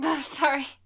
sorry